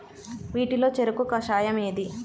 వీటిలో చెరకు కషాయం ఏది?